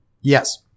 Yes